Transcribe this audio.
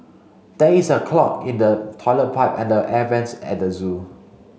there is a clog in the toilet pipe and the air vents at the zoo